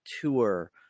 tour